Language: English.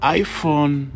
iPhone